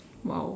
!wow!